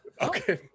Okay